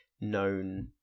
known